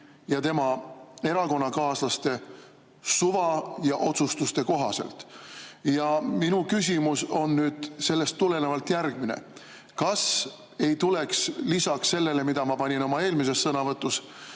ja tema erakonnakaaslaste suva ja otsustuste kohaselt. Minu küsimus on sellest tulenevalt järgmine: kas ei tuleks lisaks sellele, mida ma panin oma eelmises sõnavõtus